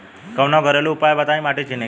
कवनो घरेलू उपाय बताया माटी चिन्हे के?